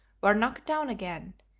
were knocked down again,